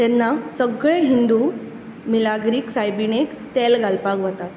तेन्ना सगळे हिंदू मिलाग्रीक सायबीणीक तेल घालपाक वतात